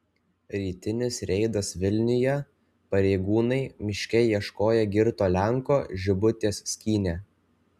rytinis reidas vilniuje pareigūnai miške ieškoję girto lenko žibutes skynė